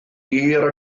hir